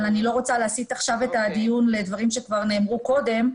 אבל אני לא רוצה להסיט עכשיו את הדיון לדברים שכבר נאמרו קודם.